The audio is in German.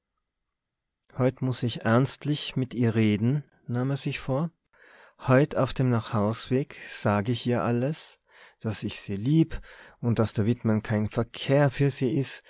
heut muß ich ernstlich mit ihr reden nahm er sich vor heut auf dem nachhausweg sag ich ihr alles daß ich se lieb und daß der wittmann kein verkehr für sie is